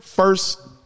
First